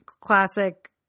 classic